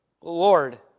Lord